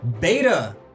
Beta